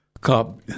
COP